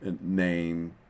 name